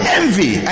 envy